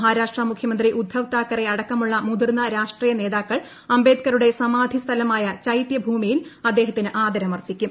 മഹാരാഷ്ട്ര മുഖ്യമന്ത്രി ഉദ്ധവ് താക്കറേ അടക്കമുള്ള മുതിർന്ന രാഷ്ട്രീയ നേതാക്കൾ അംബേദ്കറുടെ സമാധിസ്ഥലമായ അച്ചെത്യഭൂമിയിൽ ആദരമർപ്പിക്കും